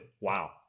Wow